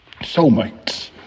soulmates